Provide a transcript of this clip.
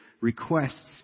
requests